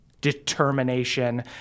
determination